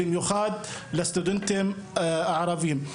במיוחד לסטודנטים הערבים.